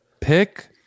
pick